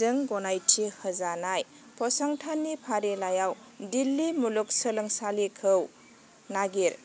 जों गनायथि होजानाय फसंथाननि फारिलाइआव दिल्ली मुलुगसोलोंसालिखौ नागिर